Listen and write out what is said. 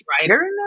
writer